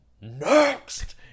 next